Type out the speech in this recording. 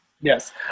Yes